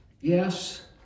yes